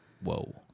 Whoa